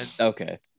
Okay